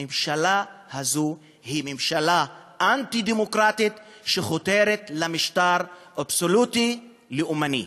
הממשלה הזו היא ממשלה אנטי-דמוקרטית שחותרת למשטר אבסולוטי לאומני.